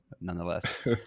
nonetheless